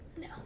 No